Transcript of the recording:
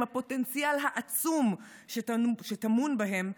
עם הפוטנציאל העצום שטמון בהם,